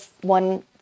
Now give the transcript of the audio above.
one